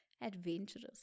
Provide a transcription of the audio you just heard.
adventurous